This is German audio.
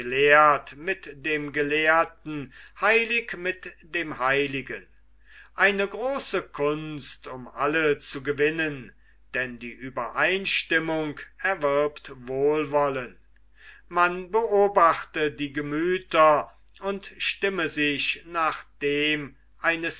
mit dem gelehrten heilig mit dem heiligen eine große kunst um alle zu gewinnen denn die uebereinstimmung erwirbt wohlwollen man beobachte die gemüther und stimme sich nach dem eines